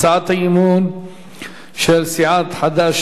הצעת האי-אמון של סיעות חד"ש,